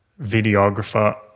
videographer